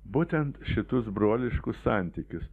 būtent šitus broliškus santykius